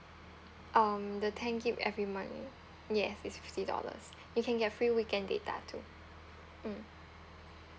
um the ten GIG every month yes it's fifty dollars you can get free weekend data too mm